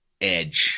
edge